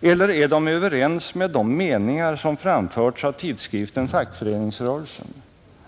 eller är de överens med de meningar som framförts i tidskriften Fackföreningsrörelsen,